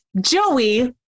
Joey